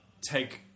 take